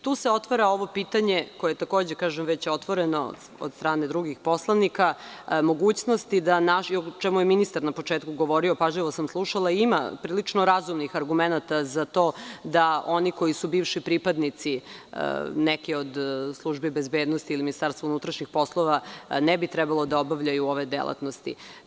Tu se otvara ovo pitanje koje je već otvoreno od strane drugih poslanika, pitanje mogućnosti da, o čemu je ministar na početku govorio, pažljivo sam slušala, ima prilično razumnih argumenata za to da oni koji su bivši pripadnici neke od službi bezbednosti ili MUP ne bi trebalo da obavljaju ove delatnosti.